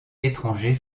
étranger